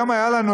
היום היה לנו,